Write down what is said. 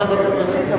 לוועדת הכנסת.